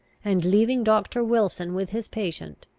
and, leaving doctor wilson with his patient,